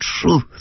truth